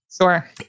Sure